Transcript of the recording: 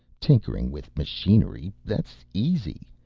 tinkering with machinery. that's easy.